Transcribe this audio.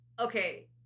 okay